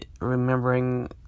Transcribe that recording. remembering